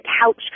couch